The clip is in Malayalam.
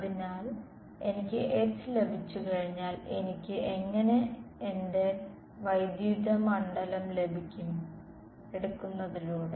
അതിനാൽ എനിക്ക് H ലഭിച്ചുകഴിഞ്ഞാൽ എനിക്ക് എങ്ങനെ എന്റെ വൈദ്യുത മണ്ഡലം ലഭിക്കും എടുക്കുന്നതിലൂടെ